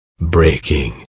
Breaking